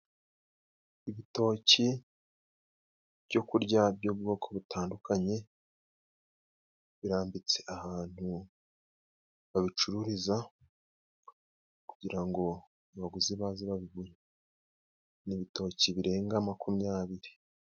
Ibitoki byo kurya by'ubwoko butandukanye, birambitse ahantu babicururiza kugira ngo abaguzi baze babigure. Ni ibitoki birenga makumyabiri.